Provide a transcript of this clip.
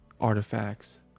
artifacts